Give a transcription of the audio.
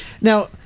Now